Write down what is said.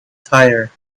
tyre